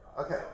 Okay